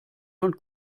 von